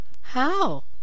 How